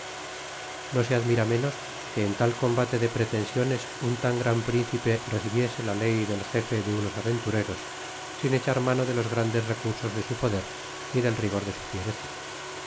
no se admira menos que en tal combate de pretensiones un tan gran p ríncipe recibiese la ley del gefe de unos aventureros sin echar mano de los grandes recursos de su poder ni del rigor de su liercza